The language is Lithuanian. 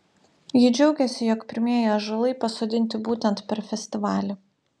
ji džiaugėsi jog pirmieji ąžuolai pasodinti būtent per festivalį